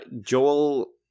Joel